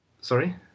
Sorry